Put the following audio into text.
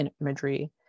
imagery